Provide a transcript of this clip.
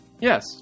Yes